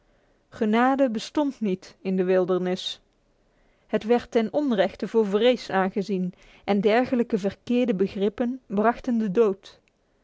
genade bestond niet in de wildernis het werd ten onrechte voor vrees aangezien en dergelijke verkeerde begrippen brachten de dood